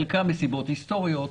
חלקם מסיבות היסטוריות